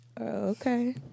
Okay